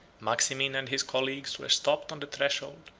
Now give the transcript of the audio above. maximin and his colleagues were stopped on the threshold,